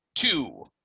Two